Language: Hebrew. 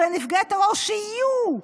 על נפגעי טרור שיהיו,